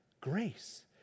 grace